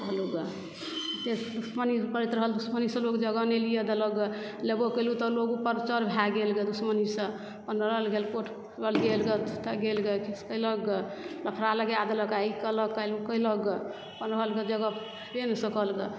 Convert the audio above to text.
पाबलहुँ गे अते दुश्मनी करैत रहल दुश्मनीसँ लोक जगह नहि लिअ देलक गे लेबौ कयलहुँ तऽ लोक भए गेल दुश्मनीसँ अपन लड़ैत गेल कोर्ट गेल गे लफड़ा लगाय देलक आइ ई कयलक काल्हि उ कयलक गे अपन रहल जगह सकल गे